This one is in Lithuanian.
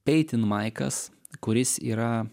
peitinmaikas kuris yra